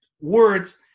words